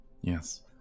Yes